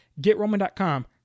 GetRoman.com